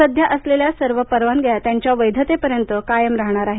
सध्या असलेल्या सर्व परवानगी त्यांच्या वैधतेपर्यंत कायम राहणार आहेत